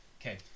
okay